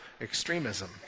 extremism